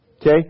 Okay